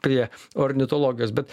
prie ornitologijos bet